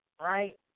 right